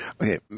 Okay